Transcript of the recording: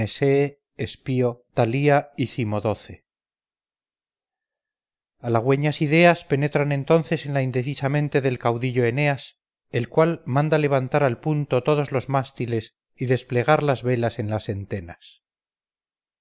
paponea nesee espio talía y cimodoce halagüeñas ideas penetran entonces en la indecisa mente del caudillo eneas el cual manda levantar al punto todos los mástiles y desplegar las velas en las entenas